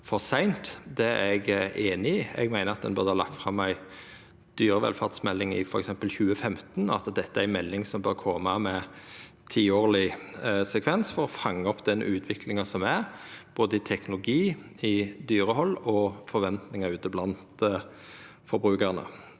Det er eg einig i. Eg meiner at ein burde ha lagt fram ei dyrevelferdsmelding i f.eks. 2015, at dette er ei melding som bør koma i ein tiårleg frekvens for å fanga opp den utviklinga som er i både teknologi, dyrehald og forventingar ute blant forbrukarane.